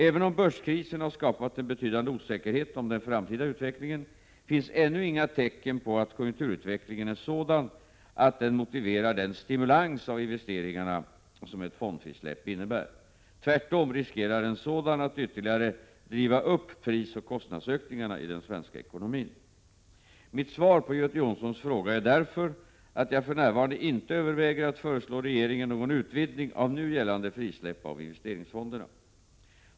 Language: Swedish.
Även om börskrisen har skapat en betydande osäkerhet om den framtida utvecklingen, finns ännu inga tecken på att konjunkturutvecklingen är sådan att den motiverar den stimulans av investeringarna som ett fondfrisläpp innebär. Tvärtom riskerar en sådan att ytterligare driva upp prisoch kostnadsökningarna i den svenska ekonomin. Mitt svar på Göte Jonssons fråga är därför att jag för närvarande inte överväger att föreslå regeringen någon utvidgning av nu gällande frisläpp av investeringsfonderna.